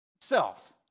self